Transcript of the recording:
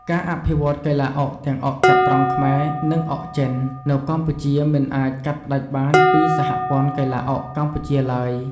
ការអភិវឌ្ឍន៍កីឡាអុកទាំងអុកចត្រង្គខ្មែរ និងអុកចិន នៅកម្ពុជាមិនអាចកាត់ផ្តាច់បានពីសហព័ន្ធកីឡាអុកកម្ពុជាឡើយ។